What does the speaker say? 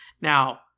Now